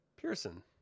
Pearson